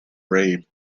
rabe